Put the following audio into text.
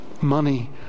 money